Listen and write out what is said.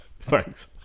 Thanks